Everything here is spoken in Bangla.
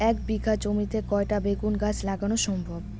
এক বিঘা জমিতে কয়টা বেগুন গাছ লাগানো সম্ভব?